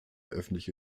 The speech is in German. öffentliche